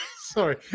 Sorry